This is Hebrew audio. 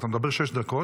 אתה כבר מדבר שש דקות.